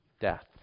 Death